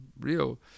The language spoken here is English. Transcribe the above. real